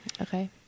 Okay